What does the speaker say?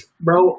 Bro